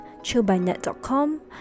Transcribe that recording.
chillbynet.com